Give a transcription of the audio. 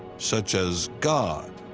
such as god.